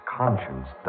conscience